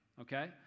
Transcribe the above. Okay